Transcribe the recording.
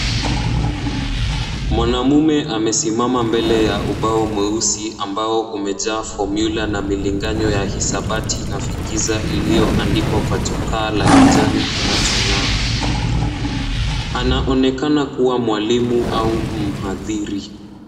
Mwanamume amesimama mbele ya ubao mweusi ambao umejaa fomula na milinganyo ya hisabati na fikiza iliyo andikwa kwa chokaa la kijani kinacho ngaa. Anaonekana kua mwalimu au mhadhiri.